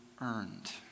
earned